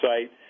site